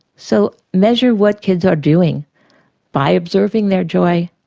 so measure what kids are doing by observing their joy,